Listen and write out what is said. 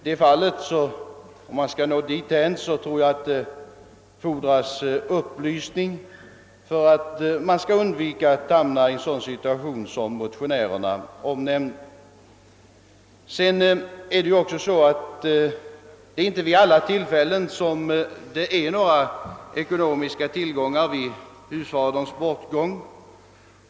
För att nå dithän tror jag att det fordras upplysning, om man vill undvika att hamna i en sådan situation som motionärerna omnämner. Det är heller inte säkert att det finns några ekonomiska tillgångar vid husfaderns bortgång.